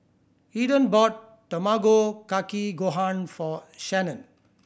Eden bought Tamago Kake Gohan for Shanon